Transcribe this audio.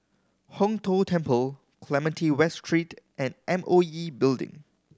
Hong Tho Temple Clementi West Street and M O E Building